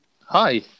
Hi